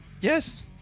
Yes